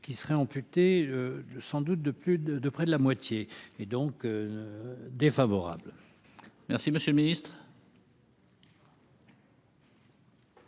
qui serait amputé sans doute de plus de de près de la moitié est donc défavorable. Merci, monsieur le Ministre.